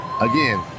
again